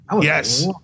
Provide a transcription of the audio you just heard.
Yes